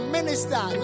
minister